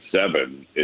seven